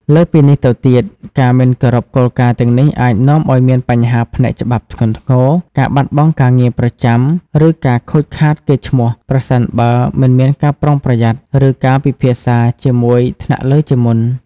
លើសពីនេះទៅទៀត ការមិនគោរពគោលការណ៍ទាំងនេះអាចនាំឱ្យមានបញ្ហាផ្នែកច្បាប់ធ្ងន់ធ្ងរ ការបាត់បង់ការងារប្រចាំ ឬការខូចខាតកេរ្តិ៍ឈ្មោះ ប្រសិនបើមិនមានការប្រុងប្រយ័ត្ន ឬការពិភាក្សាជាមួយថ្នាក់លើជាមុន។